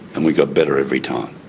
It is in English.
and we got better every time.